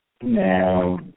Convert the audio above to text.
now